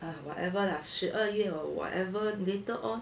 !hais! whatever lah 十二月 or whatever later all